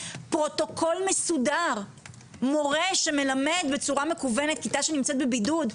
פרוטוקול מסודר - מורה שמלמד בצורה מכוונת כיתה שנמצאת בבידוד.